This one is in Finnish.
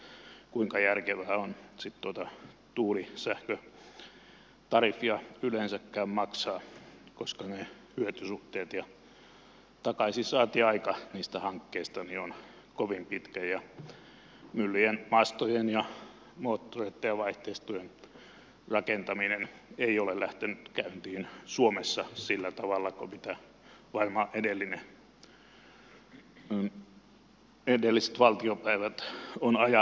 ja kuinka järkevää sitten on tuota tuulisähkötariffia yleensäkään maksaa koska takaisinsaantiaika niistä hankkeista on kovin pitkä ja myllyjen ja mastojen ja moottoreitten ja vaihteistojen rakentaminen ei ole lähtenyt käyntiin suomessa sillä tavalla kuin mitä varmaan edelliset valtiopäivät ovat ajatelleet